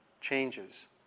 changes